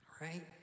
right